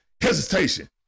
Hesitation